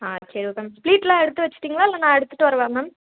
ஆ சரி okay ma'am ஃபிலீட்டெலாம் எடுத்து வெச்சுட்டிங்களா இல்லை நான் எடுத்துவிட்டு வரவா மேம்